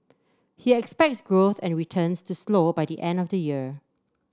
he expects growth and returns to slow by the end of the year